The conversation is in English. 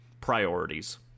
Priorities